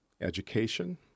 education